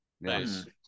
Nice